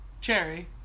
cherry